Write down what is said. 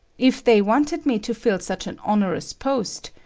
if they wanted me to fill such an onerous post,